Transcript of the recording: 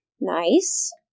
Nice